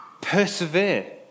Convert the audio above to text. persevere